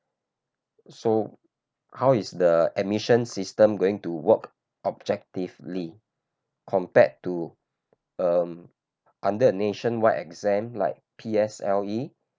so how is the admission system going to work objectively compared to um under a nationwide exam like P_S_L_E